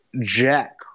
jack